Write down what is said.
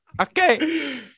Okay